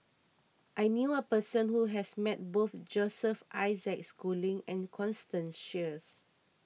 I knew a person who has met both Joseph Isaac Schooling and Constance Sheares